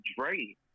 Dre